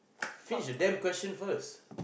finish the damn question first